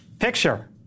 picture